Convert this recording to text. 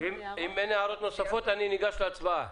הערות נוספות אני ניגש להצבעה.